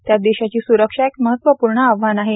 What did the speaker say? त्यात देशाची स्रक्षा एक महवपूर्ण आव्हान आहे